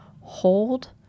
Hold